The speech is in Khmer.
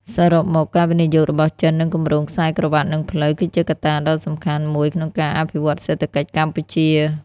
សរុបមក ការវិនិយោគរបស់ចិន និងគម្រោងខ្សែក្រវាត់ និងផ្លូវ គឺជាកត្តាដ៏សំខាន់មួយក្នុងការអភិវឌ្ឍន៍សេដ្ឋកិច្ចកម្ពុជា។